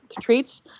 treats